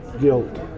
guilt